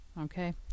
Okay